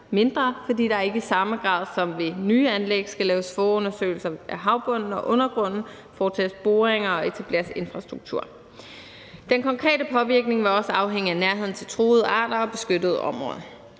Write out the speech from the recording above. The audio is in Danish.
mindre, fordi der ikke i samme grad som ved nye anlæg skal laves forundersøgelser af havbunden og undergrunden og foretages boringer og etableres infrastruktur. Den konkrete påvirkning vil også afhænge af nærheden til truede arter og beskyttede områder,